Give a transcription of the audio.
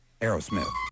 Aerosmith